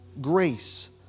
grace